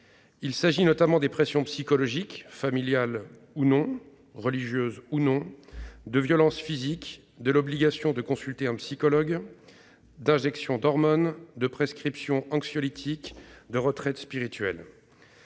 Il s'agit notamment de pressions psychologiques, familiales ou non, religieuses ou non, de violences physiques, de l'obligation de consulter un psychologue, d'injections d'hormones, de prescriptions d'anxiolytiques, de retraites spirituelles.